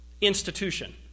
institution